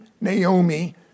Naomi